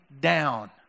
down